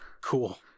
Cool